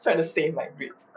try to save my grades